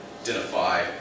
identify